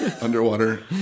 Underwater